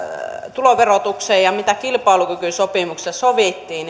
tuloverotukseen ja siihen mitä kilpailukykysopimuksessa sovittiin